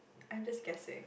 I'm just guessing